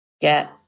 get